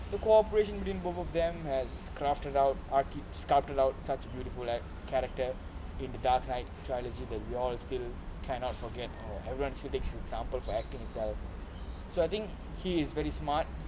the cooperation between both of them has crafted out argued sculpted out such beautiful like character in the dark knight triology that you all still cannot forget or everyone should take for example for acting itself so I think he's very smart